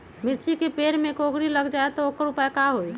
मिर्ची के पेड़ में कोकरी लग जाये त वोकर उपाय का होई?